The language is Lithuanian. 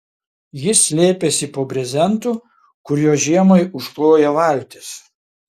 jis slėpėsi po brezentu kuriuo žiemai užkloja valtis